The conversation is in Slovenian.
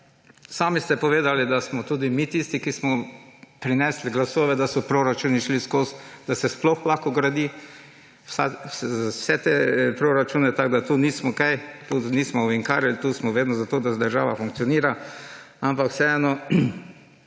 Sami ste povedali, da smo tudi mi tisti, ki smo prinesli glasove, da so proračuni šli skozi, da se sploh lahko gradi, za vse te proračune. Tu nismo ovinkarili, smo vedno za to, da država funkcionira. Ampak vseeno,